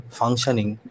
functioning